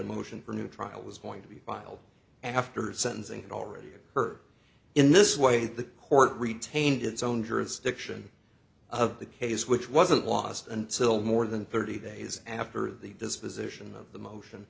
a motion for new trial was going to be filed after sentencing had already occurred in this way the court retained its own jurisdiction of the case which wasn't lost until more than thirty days after the disposition of the motion